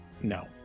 No